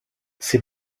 ses